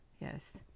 Yes